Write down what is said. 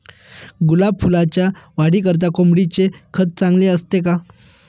गुलाब फुलाच्या वाढीकरिता कोंबडीचे खत चांगले असते का?